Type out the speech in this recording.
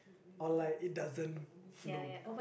or like it doesn't flow